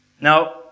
Now